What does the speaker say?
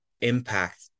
impact